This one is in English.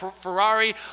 Ferrari